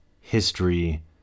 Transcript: history